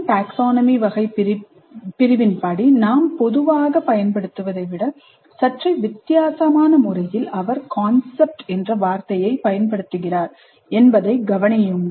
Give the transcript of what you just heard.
Bloom வகைபிரிப்பின் படி நாம் பொதுவாகப் பயன்படுத்துவதை விட சற்றே வித்தியாசமான முறையில் அவர் "concept" என்ற வார்த்தையைப் பயன்படுத்துகிறார் என்பதைக் கவனியுங்கள்